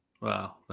Wow